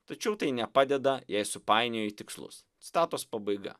tačiau tai nepadeda jei supainioji tikslus citatos pabaiga